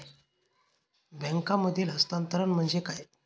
बँकांमधील हस्तांतरण म्हणजे काय?